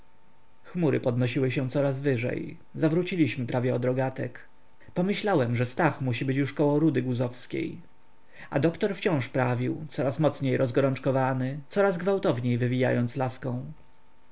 chmury podnosiły się coraz wyżej zawróciliśmy prawie od rogatek pomyślałem że stach musi już być około rudy guzowskiej a doktor wciąż prawił coraz mocniej rozgorączkowany coraz gwałtowniej wywijając laską